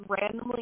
randomly